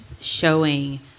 showing